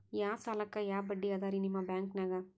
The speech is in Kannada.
ಯಾ ಸಾಲಕ್ಕ ಯಾ ಬಡ್ಡಿ ಅದರಿ ನಿಮ್ಮ ಬ್ಯಾಂಕನಾಗ?